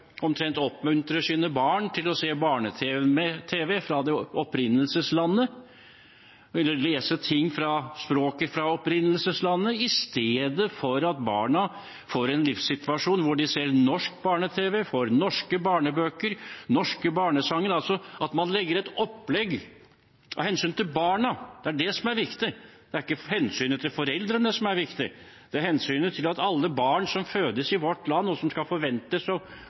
omtrent oppmuntrer sine barn til å se barne-tv fra opprinnelseslandet og lese på språket fra opprinnelseslandet i stedet for at barna får en livssituasjon hvor de ser norsk barne-tv, leser norske barnebøker og synger norske barnesanger – altså at man lager et opplegg av hensyn til barna. Det er det som er viktig. Det er ikke hensynet til foreldrene som er viktig – det er hensynet til at alle barn som fødes i vårt land, og som skal forventes